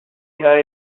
hear